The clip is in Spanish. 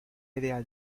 ideal